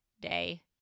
day